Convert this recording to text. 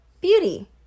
beauty